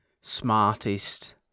smartest